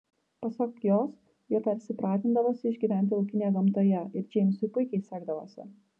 pasak jos jie tarsi pratindavosi išgyventi laukinėje gamtoje ir džeimsui puikiai sekdavosi